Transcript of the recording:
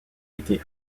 été